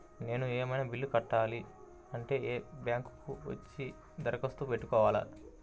నేను ఏమన్నా బిల్లును కట్టాలి అంటే బ్యాంకు కు వచ్చి దరఖాస్తు పెట్టుకోవాలా?